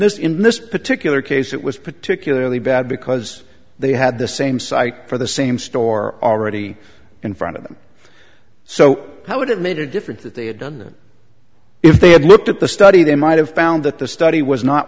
this in this particular case it was particularly bad because they had the same site for the same store already in front of them so how would it made a difference that they had done that if they had looked at the study they might have found that the study was not